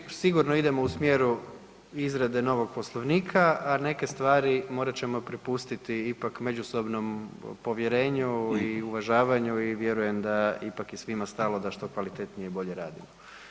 Dobro, ok, sigurno idemo u smjeru izrade novog Poslovnika, a neke stvari morat ćemo prepustiti ipak međusobnom povjerenju i uvažavanju i vjerujem da ipak je svima stalo da što kvalitetnije i bolje radimo.